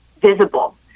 visible